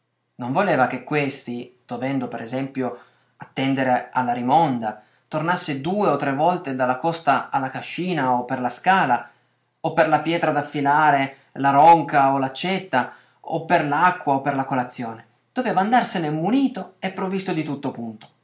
non voleva che questi dovendo per esempio attendere alla rimonda tornasse due o tre volte dalla costa alla cascina o per la scala o per la pietra d'affilare la ronca o l'accetta o per l'acqua o per la colazione doveva andarsene munito e provvisto di tutto punto